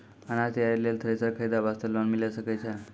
अनाज तैयारी लेल थ्रेसर खरीदे वास्ते लोन मिले सकय छै?